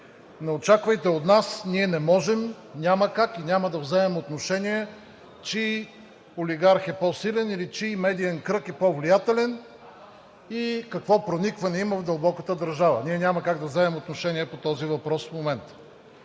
Не очаквайте от нас! Ние не можем, няма как и няма да вземем отношение чий олигарх е по-силен, или чий медиен кръг е по-влиятелен и какво проникване има в дълбоката държава. Ние няма как да вземем отношение по този въпрос в момента.